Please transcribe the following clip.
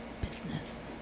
Business